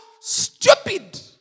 stupid